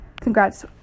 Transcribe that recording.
congrats